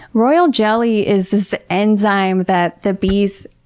royal jelly is this enzyme that the bees.